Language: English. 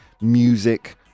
music